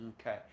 Okay